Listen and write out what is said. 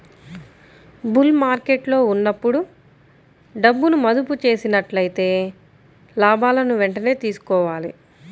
bull మార్కెట్టులో ఉన్నప్పుడు డబ్బును మదుపు చేసినట్లయితే లాభాలను వెంటనే తీసుకోవాలి